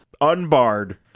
unbarred